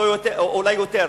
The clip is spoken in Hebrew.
אולי יותר,